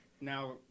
now